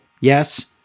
yes